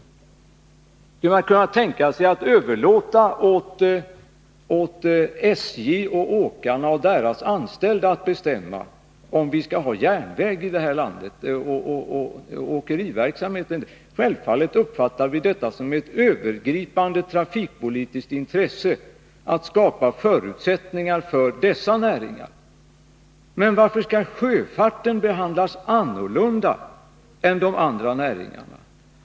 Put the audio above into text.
Skulle kommunikationsministern kunna tänka sig att överlåta åt SJ samt åt åkarna och deras anställda att bestämma om vi skall ha järnväg i det här landet och om vi skall ha åkeriverksamhet? Självfallet uppfattar vi det som ett övergripande trafikpolitiskt intresse att förutsättningar skapas för dessa näringar. Men varför skall sjöfarten behandlas annorlunda jämfört med andra näringar?